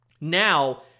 now